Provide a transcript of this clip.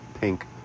pink